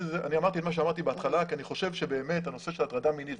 אמרתי את מה שאמרתי בהתחלה כי אני חושב שבאמת הנושא של הטרדה מינית,